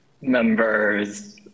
Members